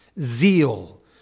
zeal